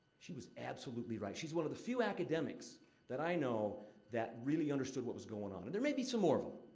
she was absolutely right. she's one of the few academics that i know that really understood what was going on. and there may be some more of them,